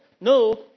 No